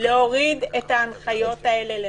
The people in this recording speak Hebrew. להוריד את ההנחיות האלה למטה.